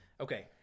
Okay